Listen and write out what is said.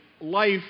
life